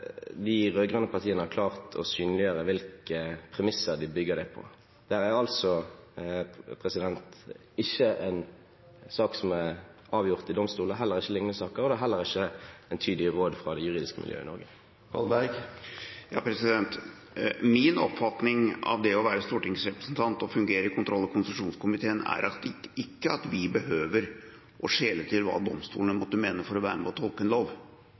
har klart å synliggjøre hvilke premisser de bygger det på. Dette er altså ikke en sak som er avgjort i domstolen, det er heller ikke lignende saker, og det er heller ikke entydige råd fra det juridiske miljøet i Norge. Min oppfatning av det å være stortingsrepresentant og fungere i kontroll- og konstitusjonskomiteen er ikke at vi behøver å skjele til hva domstolene måtte mene for å være med på tolke en lov